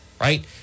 Right